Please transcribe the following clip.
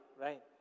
right